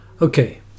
okay